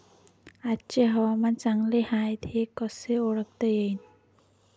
आजचे हवामान चांगले हाये हे कसे ओळखता येईन?